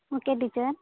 okay teacher